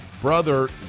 brother